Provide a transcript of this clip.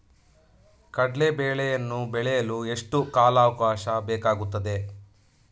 ಕಡ್ಲೆ ಬೇಳೆಯನ್ನು ಬೆಳೆಯಲು ಎಷ್ಟು ಕಾಲಾವಾಕಾಶ ಬೇಕಾಗುತ್ತದೆ?